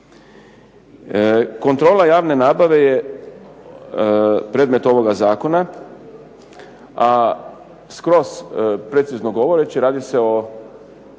Kontrola javne nabave je predmet ovoga zakona, a skroz precizno govoreći radi se o